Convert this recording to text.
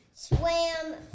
swam